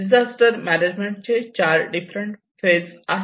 disaster management चे चार different phase आहेत